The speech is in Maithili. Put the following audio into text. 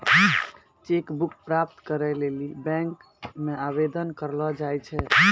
चेक बुक प्राप्त करै लेली बैंक मे आवेदन करलो जाय छै